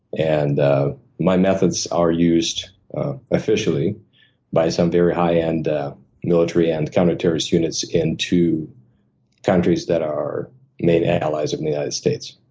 and my methods are used officially by some very high end military and counterterrorist units in two countries that are meta-analyzed in the united states.